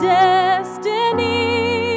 destiny